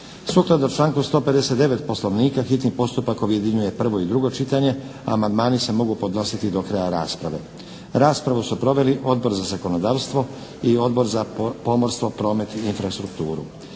Sukladno članku 159. Poslovnika hitni postupak objedinjuje prvo i drugo čitanje. A amandmani se mogu podnositi do kraja rasprave. Raspravu su proveli Odbor za zakonodavstvo i Odbor za pomorstvo, promet i infrastrukturu.